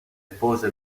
pose